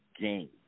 game